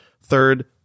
Third